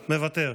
מוותר,